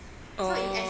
oh